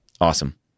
Awesome